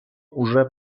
уже